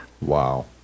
Wow